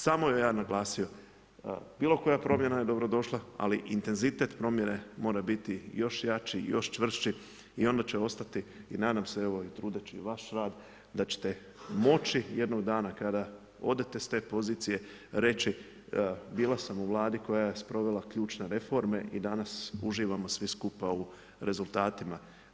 Samo bi ja naglasio, bilo koja promjena je dobrodošla, ali intenzitet promjene mora biti još jači, još čvršći i onda će ostati i nadam se evo, budući da je vaš rad, da ćete moći, jednog dana, kada odete s te pozicije, bila sam u Vladi, koja je provela ključne reforme i danas, uživamo svi skupa u rezultatima.